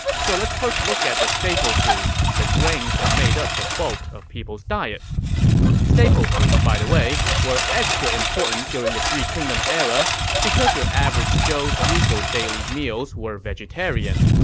so let's first look at the staple foods the grains that made up the bulk of people's diets staple foods, by the way, were extra important during the three kingdoms era because your average zhou's usual daily meals were vegetarian.